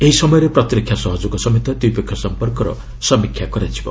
ଏହି ସମୟରେ ପ୍ରତିରକ୍ଷା ସହଯୋଗ ସମେତ ଦ୍ୱିପକ୍ଷୀୟ ସମ୍ପର୍କର ସମୀକ୍ଷା କରାଯିବ